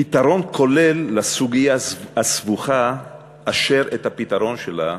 פתרון כולל לסוגיה הסבוכה שאת הפתרון שלה,